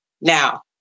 Now